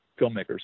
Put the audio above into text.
filmmakers